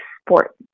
sport